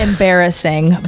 embarrassing